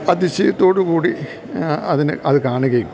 അതിശയത്തോടുകൂടി അതിന് അത് കാണുകയും